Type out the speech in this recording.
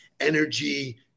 energy